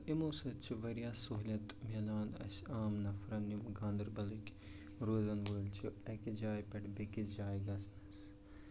یِمو سۭتۍ چھِ واریاہ سہوٗلیت میلان اَسہِ عام نَفرَن یِم گانٛدَربَلٕکۍ روزان وٲلۍ چھِ اَکہِ جایہِ پٮ۪ٹھ بیٚیِس جایہِ گژھنَس